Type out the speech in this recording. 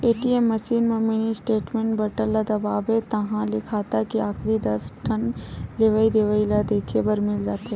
ATM machine म mini statement button ल दबाबे ताहाँले खाता के आखरी दस ठन लेवइ देवइ ल देखे बर मिल जाथे